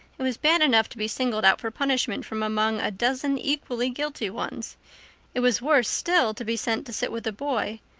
it was bad enough to be singled out for punishment from among a dozen equally guilty ones it was worse still to be sent to sit with a boy,